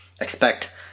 expect